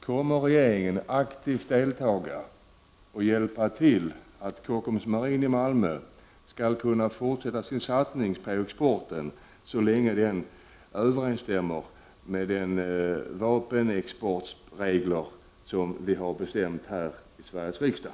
Kommer regeringen att aktivt delta i och hjälpa till så att Kockums Marine i Malmö skall kunna fortsätta sin satsning på exporten, så länge den överensstämmer med de vapenexportsregler som vi har bestämt här i Sveriges riksdag?